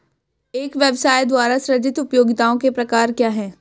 एक व्यवसाय द्वारा सृजित उपयोगिताओं के प्रकार क्या हैं?